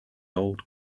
old